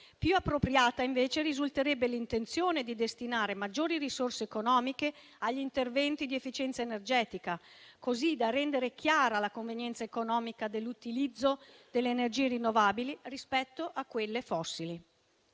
Più appropriata, invece, risulterebbe l'intenzione di destinare maggiori risorse economiche agli interventi di efficienza energetica, così da rendere chiara la convenienza economica dell'utilizzo delle energie rinnovabili rispetto a quelle fossili.